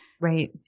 Right